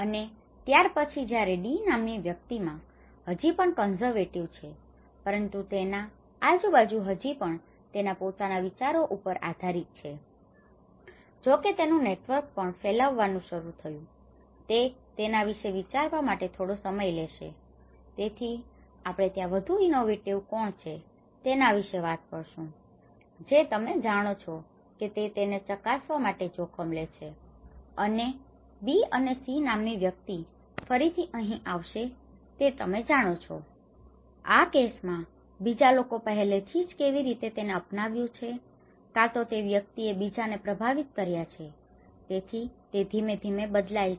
અને ત્યારપછી જયારે D નામની વ્યક્તિ માં હજી પણ કન્ઝર્વેટિવ છે પરંતુ તેના આજુ બાજુ હજી પણ તેના પોતાના વિચારો ઉપર આધારિત છે જો કે તેનું નેટવર્ક પણ ફેલાવવાનું શરુ થયું છે તે તેના વિશે વિચારવા માટે થોડો સમય લેશે તેથી આપણે ત્યાં વધુ ઇનોવેટિવ કોણ છે તેના વિશે વાત કરશું જે તમે જાણો છો કે તે તેને ચકાસવા માટે જોખમ લે છે અને B અને C નામની વ્યક્તિ ફરીથી અહીં આવશે તે તમે જાણો છો આ કેસ માં બીજા લોકો પહેલેથી જ કેવી રીતે તેને અપનાવ્યું છે અને કાંતો તે વ્યક્તિ એ બીજા ને પ્રભાવિત કર્યા છે તેથી તે ધીમે ધીમે બદલાય છે